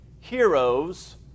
heroes